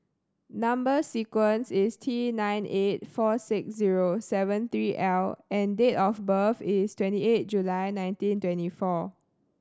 number sequence is T nine eight four six zero seven three L and date of birth is twenty eight July nineteen twenty four